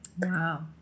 Wow